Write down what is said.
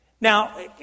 Now